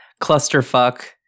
clusterfuck